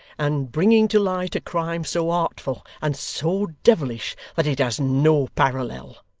and bringing to light a crime so artful and so devilish that it has no parallel.